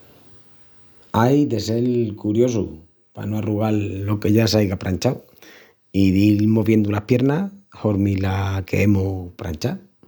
Ai de sel curiosus pa no arrugal lo que ya s'aiga pranchau i dil moviendu las piernas hormi la queemus pranchá.